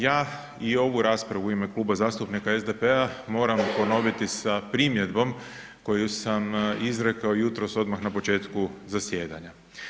Ja i ovu raspravu u ime Kluba zastupnika SDP-a moram ponoviti sa primjedbu koju sam izrekao jutros odmah na početku zasjedanja.